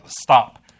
stop